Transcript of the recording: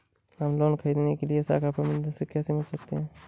हम लोन ख़रीदने के लिए शाखा प्रबंधक से कैसे मिल सकते हैं?